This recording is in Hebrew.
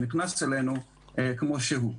שנכנס אלינו כמו שהוא.